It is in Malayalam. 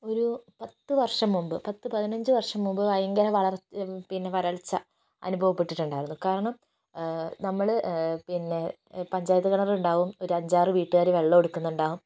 ഒരു പത്തു വർഷം മുമ്പ് പത്തു പതിനഞ്ച് വർഷം മുമ്പ് ഭയങ്കര പിന്നെ വരൾച്ച അനുഭവപ്പെട്ടിട്ടുണ്ടായിരുന്നു കാരണം നമ്മൾ പിന്നെ പഞ്ചായത്ത് കിണറുണ്ടാവും ഒരു അഞ്ചാറ് വീട്ടുകാർ വെള്ളം എടുക്കുന്നുണ്ടാവും